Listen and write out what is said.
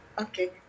okay